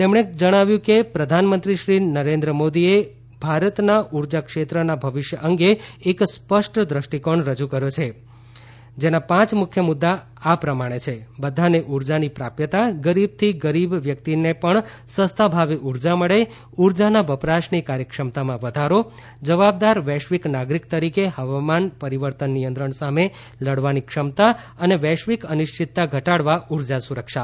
તેમણે જણાવ્યું કે પ્રધાનમંત્રી શ્રી નરેન્દ્ર મોદીએ ભારતના ઉર્જા ક્ષેત્રના ભવિષ્ય અંગે એક સ્પષ્ટ દષ્ટિકોણ રજૂ કર્યો છે જેના પાંચ મુખ્ય મુદ્દા આ પ્રમાણે છે બધાને ઉર્જાની પ્રાપ્યતા ગરીબથી ગરીબ વ્યકિતને પણ સસ્તા ભાવે ઉર્જા મળે ઉર્જાના વપરાશની કાર્યક્ષમતામાં વધારો જવાબદાર વૈશ્વિક નાગરિક તરીકે વાતાવરણ પરિવર્તન નિયંત્રણ સામે લડવાની ક્ષમતા અને વૈશ્વિક અનિશ્વિતતા ઘટાડવા ઉર્જા સુરક્ષા